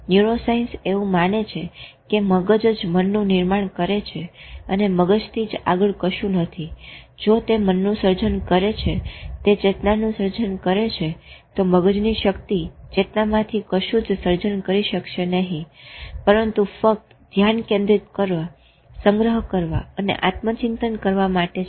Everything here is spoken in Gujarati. ન્યુરોસાયન્સ એવું માને છે કે મગજ જ મનનું નિર્માણ કરે છે અને મગજથી આગળ કશું જ નથી જો તે મનનું સર્જન કરે છે તે ચેતનાનું સર્જન કરે છે તો મગજની શક્તિ ચેતના માંથી કશું જ સર્જન કરી શકશે નહી પરંતુ ફક્ત ધ્યાન કેન્દ્રિત કરવા સંગ્રહ કરવા અને આત્મચિંતન કરવા માટે છે